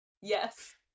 Yes